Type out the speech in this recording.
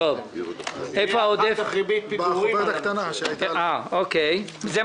לגבי בקשה מס' 20-029 של משרד החינוך אני עדיין לא מצביע.